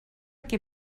què